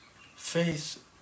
Faith